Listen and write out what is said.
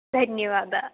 धन्यवादः